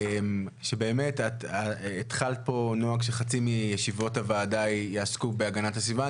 את התחלת פה נוהג שחצי מישיבות הוועדה יעסקו בהגנת הסביבה.